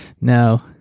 no